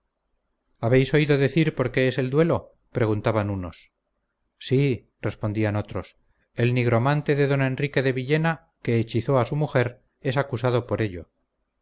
habéis oído decir por qué es el duelo preguntaban unos sí respondían otros el nigromante de don enrique de villena que hechizó a su mujer es acusado por ello